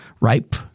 ripe